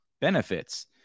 benefits